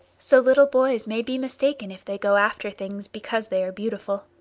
so little boys may be mistaken if they go after things because they are beautiful.